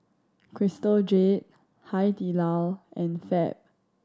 Crystal Jade Hai Di Lao and Fab